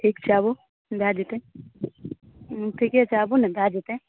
ठीक छै आबू भऽ जेतै ठीके छै आबु ने भऽ जेतै